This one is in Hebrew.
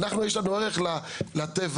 לנו יש ערך לטבע.